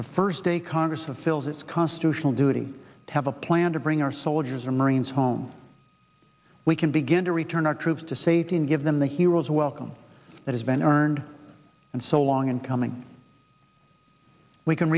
the first day congress of fills its constitutional duty to have a plan to bring our soldiers or marines home we can begin to return our troops to safety and give them the hero's welcome that has been earned and so long and coming we can